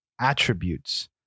attributes